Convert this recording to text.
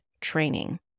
training